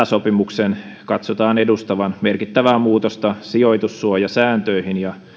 sopimuksen katsotaan edustavan merkittävää muutosta sijoitussuojasääntöihin ja